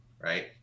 right